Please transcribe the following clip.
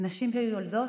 שנשים ויולדות,